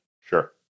Sure